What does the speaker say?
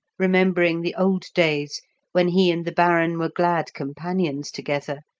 remembering the old days when he and the baron were glad companions together,